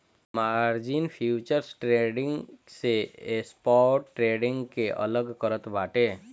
margin futures trading से spot trading के अलग करत बाटे